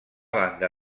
banda